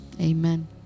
Amen